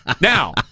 now